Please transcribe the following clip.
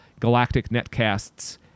galacticnetcasts